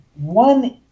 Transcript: one